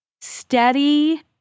steady